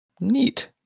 Neat